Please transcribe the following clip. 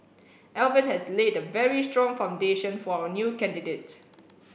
Alvin has laid a very strong foundation for our new candidates